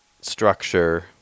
structure